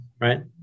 Right